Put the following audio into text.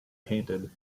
painted